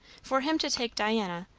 for him to take diana,